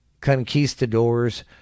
conquistadors